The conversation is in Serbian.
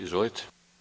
Izvolite.